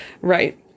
Right